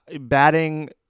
batting